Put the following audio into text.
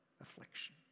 affliction